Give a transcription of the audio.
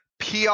PR